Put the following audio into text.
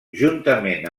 juntament